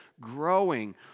growing